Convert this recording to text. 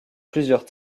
plusieurs